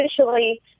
officially